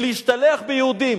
ולהשתלח ביהודים.